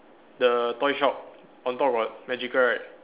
the toy shop on top got magical right